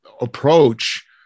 approach